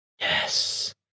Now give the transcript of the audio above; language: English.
Yes